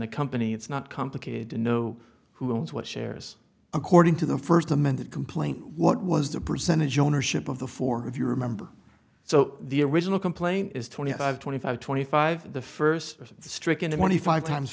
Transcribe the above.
the company it's not complicated to know who owns what shares according to the first amended complaint what was the percentage ownership of the four if you remember so the original complaint is twenty five twenty five twenty five